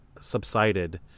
subsided